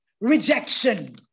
rejection